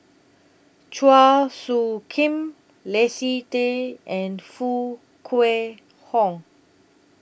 Chua Soo Khim Leslie Tay and Foo Kwee Horng